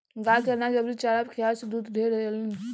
गाय के अनाज अउरी चारा खियावे से दूध ढेर देलीसन